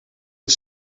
het